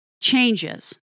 changes